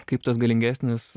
kaip tas galingesnis